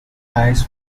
eyes